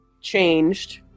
changed